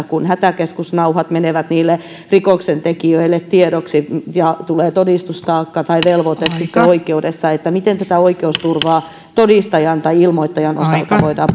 kun hätäkeskusnauhat menevät rikoksentekijöille tiedoksi ja tulee sitten todistustaakka tai velvoite oikeudessa miten oikeusturvaa todistajan tai ilmoittajan osalta voidaan